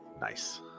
Nice